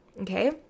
okay